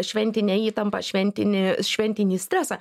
šventinę įtampą šventinį šventinį stresą